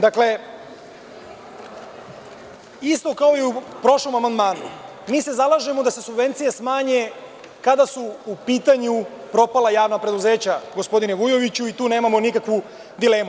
Dakle, isto kao i u prošlom amandmanu, mi se zalažemo da se subvencije smanje, kada su u pitanju propala javna preduzeća, gospodine Vujoviću i tu nemamo nikakvu dilemu.